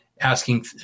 asking